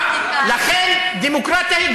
--- אם יהיו שני מועמדים, תקשיב